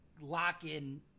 lock-in